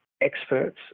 experts